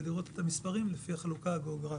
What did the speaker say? זה לראות את המספרים לפי החלוקה הגיאוגרפית.